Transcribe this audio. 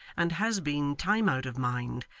and has been time out of mind,